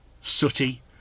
Sooty